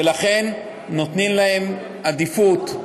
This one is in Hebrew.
ולכן נותנים להם עדיפות.